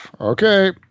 okay